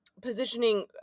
positioning